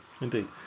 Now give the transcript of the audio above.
Indeed